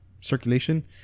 circulation